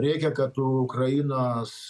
reikia kad ukrainos